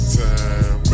time